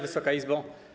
Wysoka Izbo!